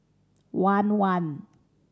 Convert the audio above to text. one one